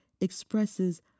expresses